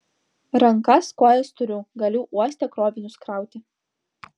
rankas kojas turiu galiu uoste krovinius krauti